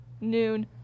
noon